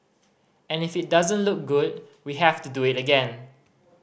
and if it doesn't look good we have to do it again